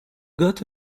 got